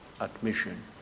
admission